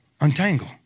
untangle